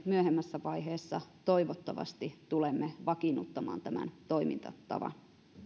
myöhemmässä vaiheessa toivottavasti tulemme vakiinnuttamaan tämän toimintatavan